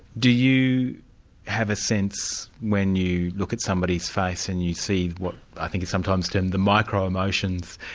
do you have a sense when you look at somebody's face and you see what i think is sometimes termed the micro emotions,